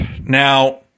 Now